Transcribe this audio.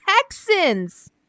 Texans